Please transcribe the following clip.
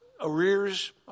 arrears